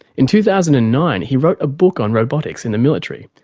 in two thousand and nine he wrote a book on robotics in the military,